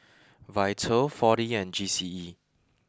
Vital four D and G C E